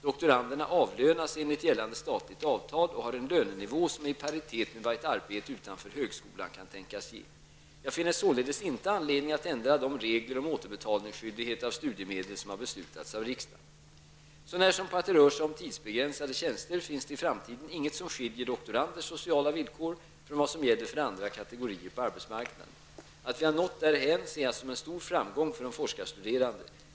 Doktoranderna avlönas enligt gällande statligt avtal och har en lönenivå som är i paritet med vad ett arbete utanför högskolan kan tänkas ge. Jag finner således inte anledning att ändra de regler om återbetalningsskyldighet av studiemedel som har beslutats av riksdagen. Så när som på att det rör sig om tidsbegränsade tjänster finns det i framtiden inget som skiljer doktoranders sociala villkor från vad som gäller för andra kategorier på arbetsmarknaden. Att vi har nått därhän ser jag som en stor framgång för de forskarstuderande.